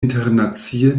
internacie